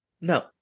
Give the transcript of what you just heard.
No